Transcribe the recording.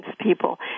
people